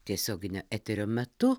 tiesioginio eterio metu